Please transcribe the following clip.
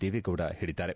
ದೇವೇಗೌಡ ಹೇಳಿದ್ದಾರೆ